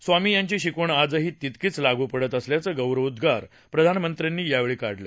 स्वामी यांची शिकवण आजही तितकीच लागू पडत असल्याचं गौरवोद्वार प्रधानमंत्र्यांनी कोलकाता शिं काल काढले